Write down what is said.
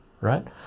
right